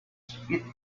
spit